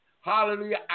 Hallelujah